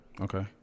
Okay